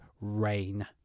rain